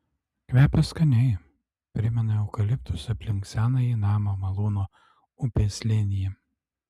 kvepia skaniai primena eukaliptus aplink senąjį namą malūno upės slėnyje